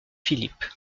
philippe